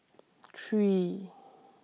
three